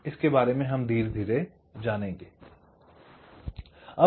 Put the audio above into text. इसके बारे में हम धीरे धीरे जानेंगे